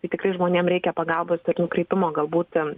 tai tikrai žmonėm reikia pagalbos ir nukreipimo gal būt